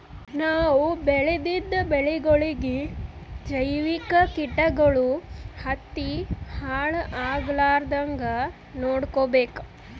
ನಾವ್ ಬೆಳೆದಿದ್ದ ಬೆಳಿಗೊಳಿಗಿ ಜೈವಿಕ್ ಕೀಟಗಳು ಹತ್ತಿ ಹಾಳ್ ಆಗಲಾರದಂಗ್ ನೊಡ್ಕೊಬೇಕ್